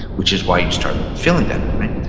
which is why you start feeling better, right?